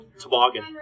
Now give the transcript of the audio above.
toboggan